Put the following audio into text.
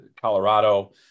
Colorado